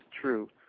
true